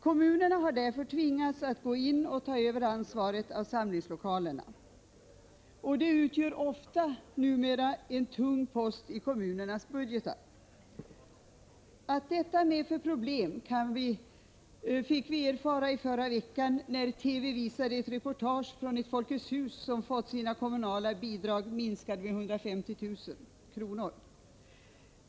Kommunerna har tvingats att gå in och ta över ansvaret för samlingslokalerna, och det utgör numera ofta en tung post i kommunernas budgetar. Att detta medför problem fick vi erfara i förra veckan, när TV visade ett reportage från ett Folkets hus som fått sitt kommunala bidrag minskat med 150 000 kr.